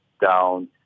down